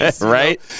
Right